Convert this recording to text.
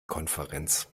konferenz